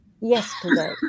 yesterday